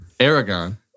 Aragon